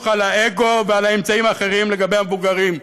על האגו ועל האמצעים האחרים לגבי המבוגרים,